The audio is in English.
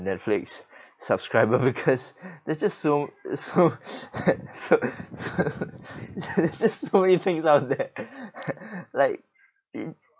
netflix subscriber because there's just so so there's just so many things out there like in